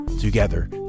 Together